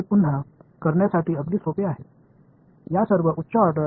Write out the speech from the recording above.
எனவே நாம் முன்பு பார்த்த செவ்வக விதி என்ன சொன்னது